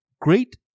great